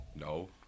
No